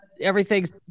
everything's